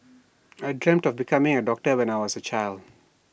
I dreamt of becoming A doctor when I was A child